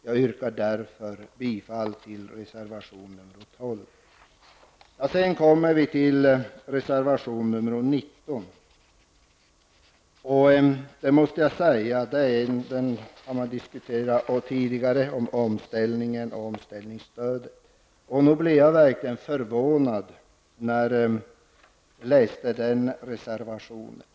Jag yrkar därför bifall till reservation nr 12. Sedan kommer vi till reservation nr 19 om omställningen och omställningsstödet. Den har man diskuterat tidigare, och jag blev verkligen förvånad när jag läste den reservationen.